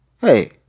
Hey